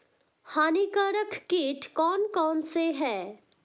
हानिकारक कीट कौन कौन से हैं?